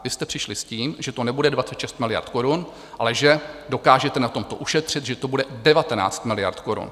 Vy jste přišli s tím, že to nebude 26 miliard korun, ale že dokážete na tomto ušetřit, že to bude 19 miliard korun.